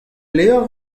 levr